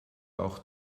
auch